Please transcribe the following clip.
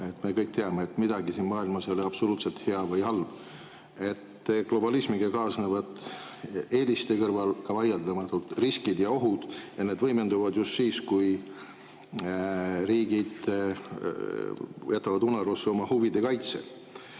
Me kõik teame, et midagi siin maailmas ei ole absoluutselt hea või halb. Globalismiga kaasnevad eeliste kõrval ka vaieldamatult riskid ja ohud. Need võimenduvad just siis, kui riigid jätavad unarusse oma huvide kaitse. Aga